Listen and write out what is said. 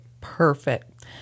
Perfect